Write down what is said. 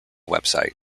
website